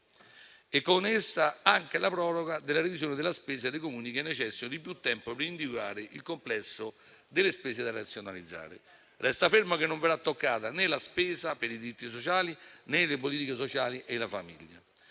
e con essa anche la proroga della revisione della spesa dei Comuni che necessitano di più tempo per individuare il complesso delle spese da razionalizzare. Resta fermo che non verrà toccata né la spesa per i diritti sociali, né le politiche sociali e la famiglia.